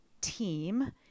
team